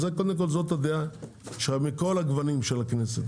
זאת הדעה מכל הגוונים של הכנסת.